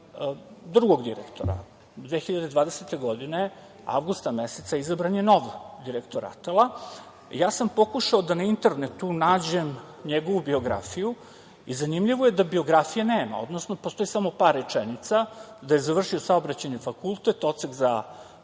drugog direktora, godine 2020. avgusta meseca izabran je novi direktora RATEL-a. Ja sam pokušao da na internetu nađem njegovu biografiju. Zanimljivo je da biografije nema, odnosno postoji samo par rečenica, da je završio Saobraćajni fakultet, odsek za